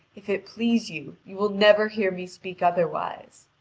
if it please you, you will never hear me speak otherwise.